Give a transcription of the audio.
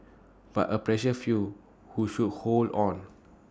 but A precious few who should hold on